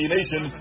Nation